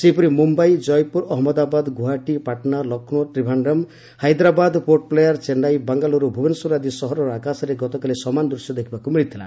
ସେହିପରି ମୁମ୍ବାଇ ଜୟପୁର ଅହମ୍ମଦାବାଦ ଗୁଆହାଟୀ ପାଟନା ଲକ୍ଷ୍ରୌ ତ୍ରିଭାନ୍ଦ୍ରମ୍ ହାଇଦ୍ରାବାଦ ପୋର୍ଟ ବ୍ଲେୟାର୍ ଚେନ୍ନାଇ ବେଙ୍ଗାଲୁରୁ ଓ ଭୁବନେଶ୍ୱର ଆଦି ସହରର ଆକାଶରେ ଗତକାଲି ସମାନ ଦୃଶ୍ୟ ଦେଖିବାକୁ ମିଳିଥିଲା